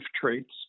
traits